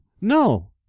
No